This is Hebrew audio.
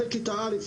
אחרי כיתה א',